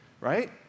right